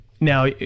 now